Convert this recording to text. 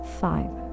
five